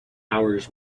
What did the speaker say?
hours